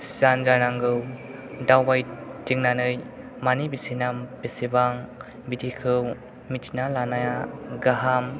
सियान जानांगौ दावबायथिंनानै मानि बेसेना बेसेबां बिदिखौ मिथिना लानाया गाहाम